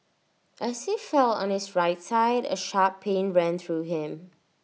as he fell on his right side A sharp pain ran through him